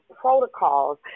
protocols